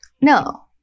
No